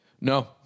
No